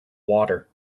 water